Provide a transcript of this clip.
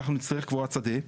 אחנו נצטרך קבורת שדה,